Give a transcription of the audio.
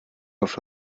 auf